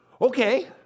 Okay